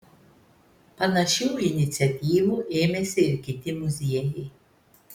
panašių iniciatyvų ėmėsi ir kiti muziejai